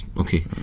okay